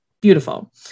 beautiful